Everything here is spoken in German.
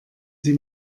sie